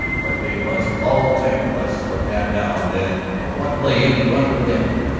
but they must all think less of that now than of what lay in front of them.